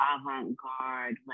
avant-garde